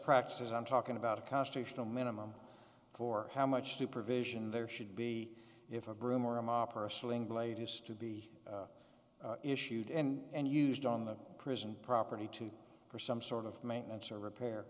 practices i'm talking about a constitutional minimum for how much supervision there should be if a broom or a mop or a sling blade is to be issued and used on the prison property too for some sort of maintenance or repair